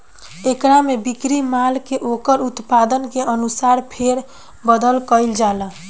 एकरा में बिक्री माल के ओकर उत्पादन के अनुसार फेर बदल कईल जाला